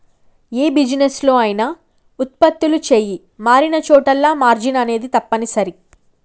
యే బిజినెస్ లో అయినా వుత్పత్తులు చెయ్యి మారినచోటల్లా మార్జిన్ అనేది తప్పనిసరి